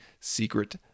secret